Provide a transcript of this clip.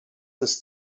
ist